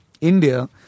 India